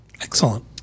Excellent